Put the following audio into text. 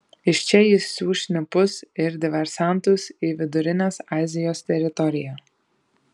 iš čia jis siųs šnipus ir diversantus į vidurinės azijos teritoriją